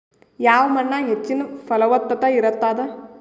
ಯಾವ ಮಣ್ಣಾಗ ಹೆಚ್ಚಿನ ಫಲವತ್ತತ ಇರತ್ತಾದ?